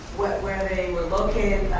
where they were located.